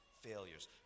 failures